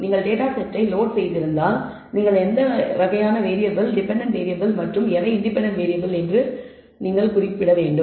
நீங்கள் டேட்டா செட்டை லோட் செய்திருந்தால் நீங்கள் எந்த வகையான வேறியபிள் டெபென்டென்ட் வேறியபிள் மற்றும் எவை இன்டெபென்டென்ட் வேறியபிள் என்று நீங்கள் குறிப்பிடுகிறீர்கள்